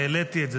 העליתי את זה.